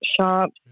shops